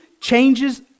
changes